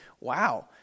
wow